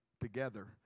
together